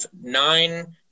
nine